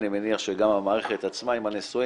אני מניח שגם למערכת עצמה עם הנשואים